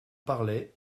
parlait